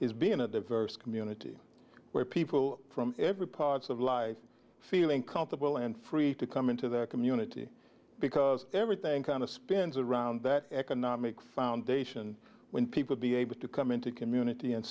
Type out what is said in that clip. has been a diverse community where people from every part of life feeling comfortable and free to come into their community because everything kind of spins around that economic foundation when people be able to come into community and